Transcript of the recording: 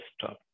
stop